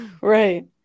Right